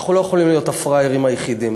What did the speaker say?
ואנחנו לא יכולים להיות הפראיירים היחידים.